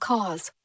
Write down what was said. Cause